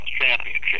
championship